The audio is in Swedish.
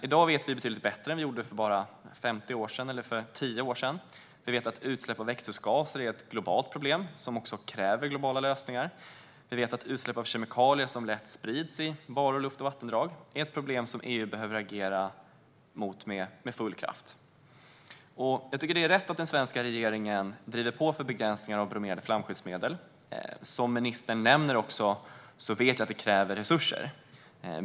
I dag vet vi betydligt bättre än vi gjorde för bara 50 år sedan eller för 10 år sedan. Vi vet att utsläpp av växthusgaser är ett globalt problem som kräver globala lösningar. Vi vet att utsläpp av kemikalier som lätt sprids i varor, luft och vattendrag är ett problem som EU behöver agera mot med full kraft. Jag tycker att det är rätt att den svenska regeringen driver på för begränsningar av bromerade flamskyddsmedel. Jag vet att det, som ministern nämner, kräver resurser.